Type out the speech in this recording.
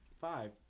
five